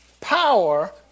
power